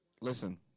Listen